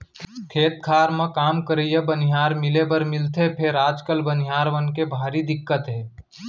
खेत खार म काम करइया बनिहार मिले बर मिलथे फेर आजकाल बनिहार मन के भारी दिक्कत हे